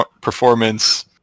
performance